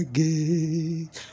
gate